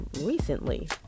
recently